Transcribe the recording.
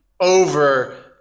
over